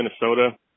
Minnesota